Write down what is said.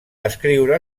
escriure